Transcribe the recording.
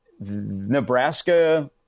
Nebraska